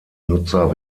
nutzer